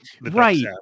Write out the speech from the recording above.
right